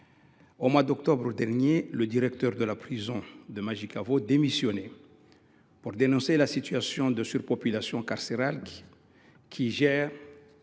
au mois d’octobre dernier, le directeur de la prison de Majicavo démissionnait pour dénoncer la situation de surpopulation carcérale, laquelle